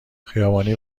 خیابانی